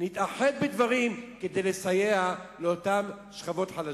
נתאחד בדברים כדי לסייע לאותן שכבות חלשות.